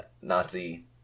Nazi